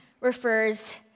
refers